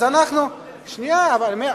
היום אתה יכול לקנות טלפון בחוץ.